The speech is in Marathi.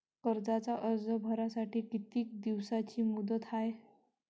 कर्जाचा अर्ज भरासाठी किती दिसाची मुदत हाय?